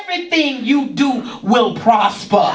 everything you do will prosper